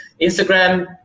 Instagram